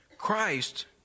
Christ